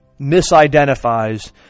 misidentifies